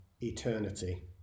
eternity